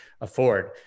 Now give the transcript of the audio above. afford